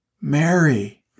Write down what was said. Mary